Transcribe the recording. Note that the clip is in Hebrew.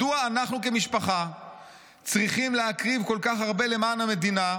מדוע אנחנו כמשפחה צריכים להקריב כל כך הרבה למען המדינה,